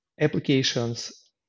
applications